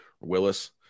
willis